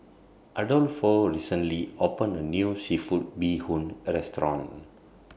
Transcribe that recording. Adolfo recently opened A New Seafood Bee Hoon Restaurant